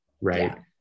right